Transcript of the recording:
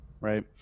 Right